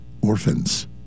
Orphans